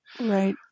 Right